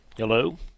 Hello